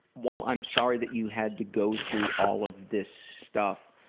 while i'm sorry that you had to go through all of this stuff,